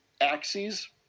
axes